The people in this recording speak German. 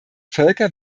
völker